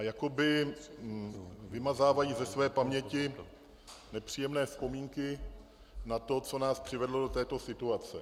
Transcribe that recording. Jakoby vymazávají ze své paměti nepříjemné vzpomínky na to, co nás přivedlo do této situace.